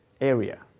area